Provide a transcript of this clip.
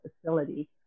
facility